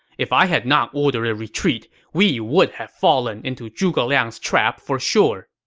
if i had not ordered retreat, we would have fallen into zhuge liang's trap for sure.